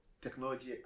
technology